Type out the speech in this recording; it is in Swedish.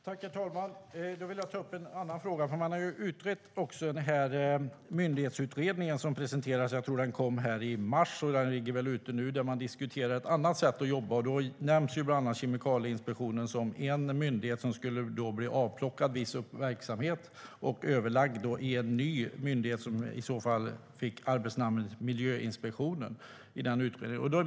Herr talman! Då vill jag ta upp en annan fråga. Man har nämligen utrett den myndighetsutredning som har presenterats - jag tror att det var i mars och att den ligger ute nu - där man diskuterar ett annat sätt att jobba. Kemikalieinspektionen nämns bland annat som en myndighet som skulle bli avplockad viss verksamhet och överlagd i en ny myndighet, som i utredningen fick arbetsnamnet Miljöinspektionen.